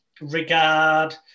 regard